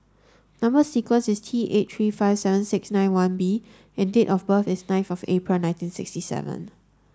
number sequence is T eight three five seven six nine one B and date of birth is ninth April nineteen sixty seven